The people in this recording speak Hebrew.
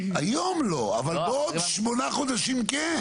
היום לא, אבל בעוד שמונה חודשים כן.